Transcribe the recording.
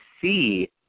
see